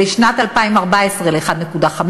לשנת 2014 ל-1.5,